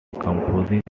composite